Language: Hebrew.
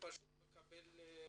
ופשוט מקבל מכות.